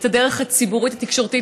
את הדרך הציבורית התקשורתית,